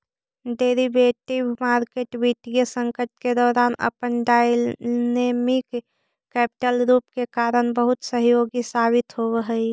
derivatives market वित्तीय संकट के दौरान अपन डायनेमिक कैपिटल रूप के कारण बहुत सहयोगी साबित होवऽ हइ